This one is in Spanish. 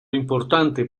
importante